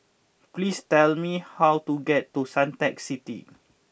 please tell me how to get to Suntec City